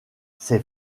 ces